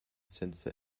senza